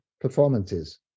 performances